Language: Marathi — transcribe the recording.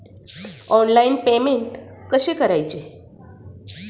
ऑनलाइन पेमेंट कसे करायचे?